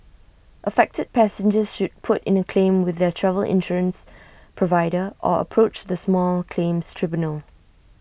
affected passengers should put in the claim with their travel insurance provider or approach the small claims tribunal